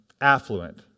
affluent